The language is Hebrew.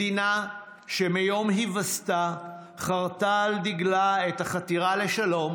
מדינה שמיום היווסדה חרתה על דגלה את החתירה לשלום